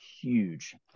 huge